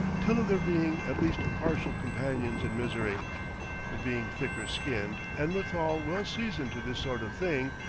tell of their being at least partial companions in misery but, being thicker-skinned, and withal well seasoned to this sort of thing,